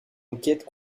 enquête